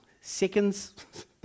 seconds